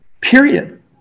Period